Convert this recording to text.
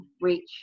reach